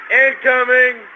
incoming